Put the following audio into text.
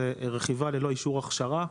זה רכיבה ללא אישור הכשרה.